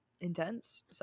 intense